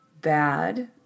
bad